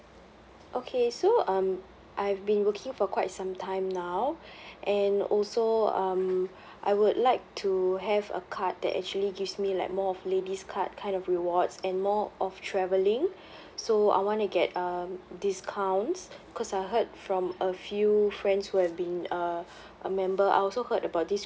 okay so um I've been working for quite some time now and also um I would like to have a card that actually gives me like more of ladies card kind of rewards and more of travelling so I wanna get um discounts cause I heard from a few friends who have been uh a member I also heard about this